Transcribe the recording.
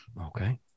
Okay